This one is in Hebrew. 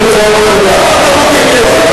חברת הכנסת זועבי,